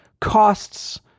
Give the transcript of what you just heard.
costs